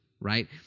right